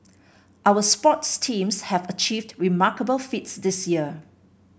our sports teams have achieved remarkable feats this year